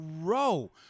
row